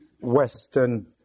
Western